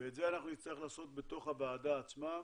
ואת זה אנחנו נצטרך לעשות בתוך הוועדה עצמה,